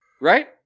Right